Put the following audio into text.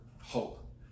hope